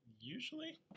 usually